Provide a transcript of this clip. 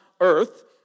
earth